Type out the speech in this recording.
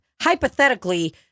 hypothetically